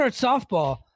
softball